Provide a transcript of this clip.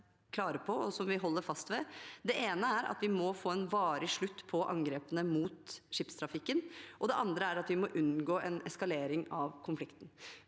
og som vi holder fast ved. Det ene er at vi må få en varig slutt på angrepene mot skipstrafikken, og det andre er at vi må unngå en eskalering av konflikten.